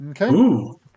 Okay